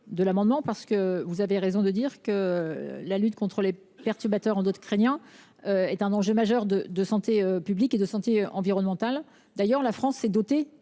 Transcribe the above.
de cet amendement : vous avez raison de dire, madame la sénatrice, que la lutte contre les perturbateurs endocriniens est un enjeu majeur de santé publique et de santé environnementale. D’ailleurs, la France s’est dotée